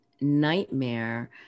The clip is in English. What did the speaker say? nightmare